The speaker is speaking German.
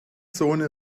zone